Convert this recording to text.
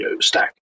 stack